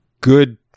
good